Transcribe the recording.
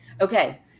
Okay